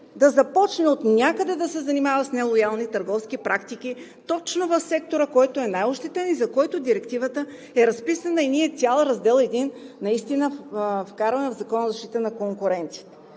да започне да се занимава с нелоялни търговски практики точно в сектора, който е най-ощетен и за който Директивата е разписана?! Ние наистина цял един раздел вкарваме в Закона за защита на конкуренцията.